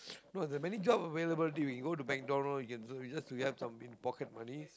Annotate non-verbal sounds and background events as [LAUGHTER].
[BREATH] no there're many job available dude you go McDonald you can just to have some pocket money